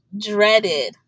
dreaded